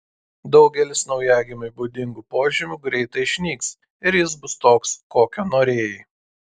daugelis naujagimiui būdingų požymių greitai išnyks ir jis bus toks kokio norėjai